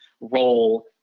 role